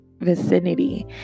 vicinity